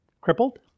crippled